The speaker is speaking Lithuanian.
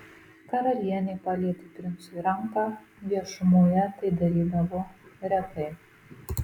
karalienė palietė princui ranką viešumoje tai darydavo retai